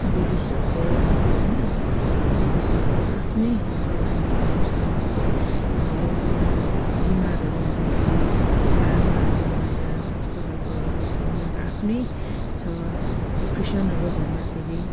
बुद्धिस्टहरूको होइन बुद्धिस्टहरूको आफ्नै प्रकारले गर्छ जस्तै भयो उनीहरू बिमारहरू हुँदाखेरि लामाहरू लगाएर यस्तो खालकोहरू गर्छ उनीहरूको आफ्नै छ र क्रिस्चियनहरू भन्दाखेरि